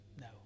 No